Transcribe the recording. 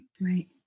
Right